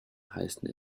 heißen